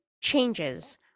changes